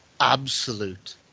absolute